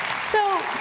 so,